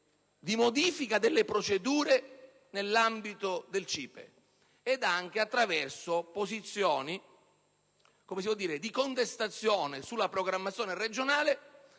di modifica delle procedure nell'ambito del CIPE ed anche attraverso posizioni di contestazione sulla programmazione regionale